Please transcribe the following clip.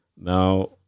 Now